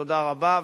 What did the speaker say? תודה רבה.